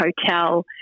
hotel